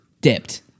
dipped